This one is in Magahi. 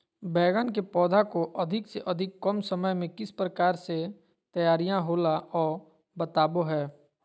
बैगन के पौधा को अधिक से अधिक कम समय में किस प्रकार से तैयारियां होला औ बताबो है?